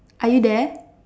are you there